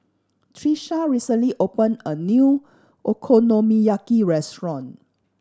Tisha recently opened a new Okonomiyaki restaurant